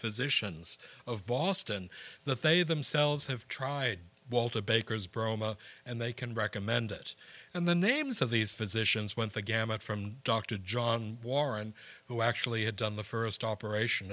physicians of boston that they themselves have tried walter baker's bramah and they can recommend it and the names of these physicians went the gamut from dr john warren who actually had done the st operation